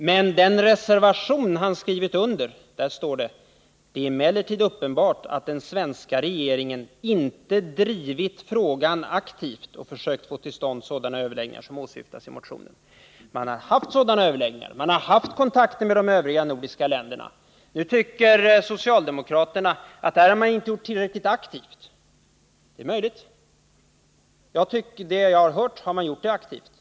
Men i den reservation han skrivit under står det: ”Det är emellertid uppenbart att den svenska regeringen inte drivit frågan aktivt och försökt få till stånd sådana överläggningar som åsyftas i motionen.” Man har haft sådana överläggningar, man har haft kontakter med de övriga nordiska länderna, men nu tycker socialdemokraterna att man inte har gjort det där tillräckligt aktivt. Det är möjligt, men enligt vad jag har hört har man gjort det aktivt.